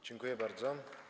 Dziękuję bardzo.